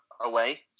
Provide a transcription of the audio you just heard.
away